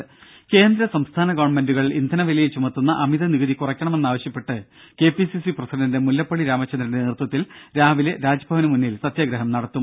രും കേന്ദ്ര സംസ്ഥാന ഗവണ്മെന്റുകൾ ഇന്ധനവിലയിൽ ചുമത്തുന്ന അമിത നികുതി കുറയ്ക്കണമെന്ന് ആവശ്യപ്പെട്ട് കെപിസിസി പ്രസിഡന്റ് മുല്ലപ്പള്ളി രാമചന്ദ്രന്റെ നേതൃത്വത്തിൽ രാവിലെ രാജ്ഭവന് മുന്നിൽ സത്യാഗ്രഹം നടത്തും